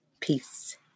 Peace